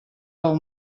del